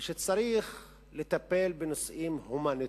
ושצריך לטפל בנושאים הומניטריים.